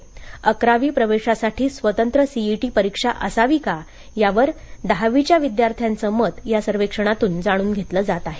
अकरावी प्रवेशासाठी स्वतंत्र सीईटी परीक्षा असावी का यावर दहावीच्या विद्यार्थ्यांचं मत या सर्वेक्षणातून जाणून घेतलं जात आहे